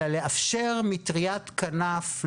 אלא לאפשר מטריית כנף,